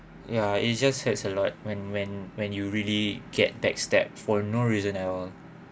ya it just hurts a lot when when when you really get backstab for no reason at all